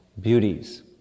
beauties